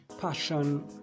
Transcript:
Passion